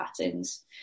patterns